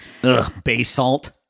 Basalt